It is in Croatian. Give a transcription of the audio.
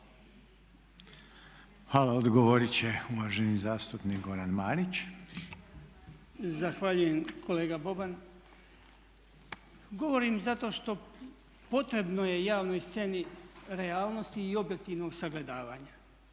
Hvala. Odgovorit će uvaženi zastupnik Goran Marić. **Marić, Goran (HDZ)** Zahvaljujem kolega Boban. Govorim zato što potrebno je javnoj sceni realnosti i objektivnog sagledavanja.